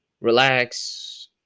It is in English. relax